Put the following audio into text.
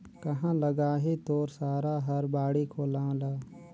काँहा लगाही तोर सारा हर बाड़ी कोला ल